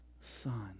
son